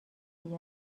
اید